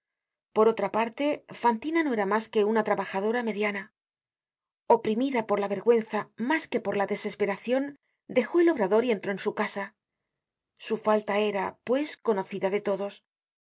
por otra parte fantina no era mas que una trabajadora mediana oprimida por la vergüenza mas que por la desesperacion dejó el obrador y entró en su casa su falta era pues conocida de todos no